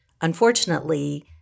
unfortunately